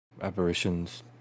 apparitions